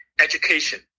education